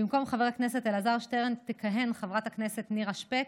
ובמקום חבר הכנסת אלעזר שטרן תכהן חברת הכנסת נירה שפק.